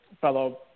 fellow